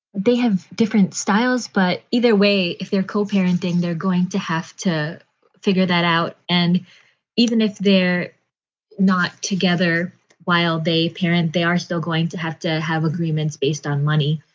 they have different styles but either way, if they're called parenting, they're going to have to figure that out. and even if they're not together while they parent, they are still going to have to have agreements based on money.